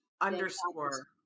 underscore